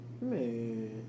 Man